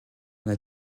n’a